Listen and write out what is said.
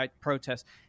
protests